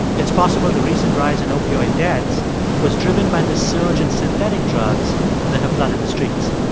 it's possible the recent rise in opioid deaths was driven by the surge in synthetic drugs that have flooded the streets